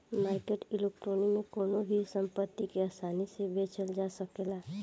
market equity में कवनो भी संपत्ति के आसानी से बेचल जा सकेला